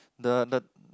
the the